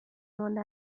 مانده